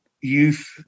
youth